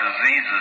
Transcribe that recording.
diseases